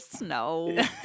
No